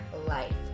life